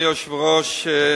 אדוני היושב-ראש,